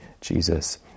Jesus